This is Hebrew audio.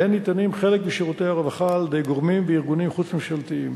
שבהן ניתנים חלק משירותי הרווחה על-ידי גורמים וארגונים חוץ-ממשלתיים.